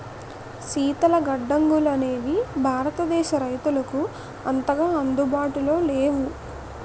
శీతల గడ్డంగులనేవి భారతదేశ రైతులకు అంతగా అందుబాటులో లేవు